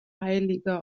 heilige